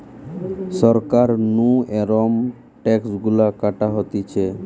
সরকার নু এরম ট্যাক্স গুলা কাটা হতিছে